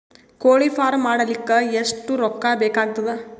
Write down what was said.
ಕೋಳಿ ಫಾರ್ಮ್ ಮಾಡಲಿಕ್ಕ ಎಷ್ಟು ರೊಕ್ಕಾ ಬೇಕಾಗತದ?